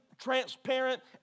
transparent